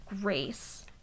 grace